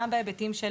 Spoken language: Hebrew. גם בהיבטים של